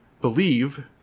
believe